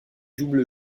double